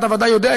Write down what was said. אתה בוודאי יודע,